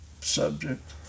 subject